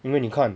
因为你看